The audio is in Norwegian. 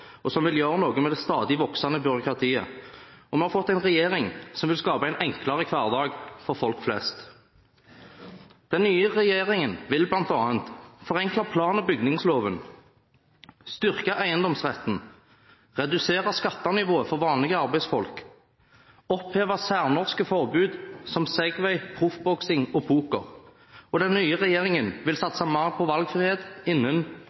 og som vil gjøre noe med det stadig voksende byråkratiet. Vi har fått en regjering som vil skape en enklere hverdag for folk flest. Den nye regjeringen vil bl.a. forenkle plan- og bygningsloven, styrke eiendomsretten, redusere skattenivået for vanlige arbeidsfolk og oppheve særnorske forbud som dem mot Segway, proffboksing og poker. Den nye regjeringen vil satse mer på valgfrihet innen